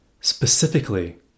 Specifically